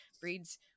breeds